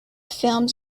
films